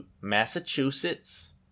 Massachusetts